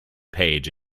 page